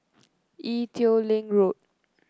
Ee Teow Leng Road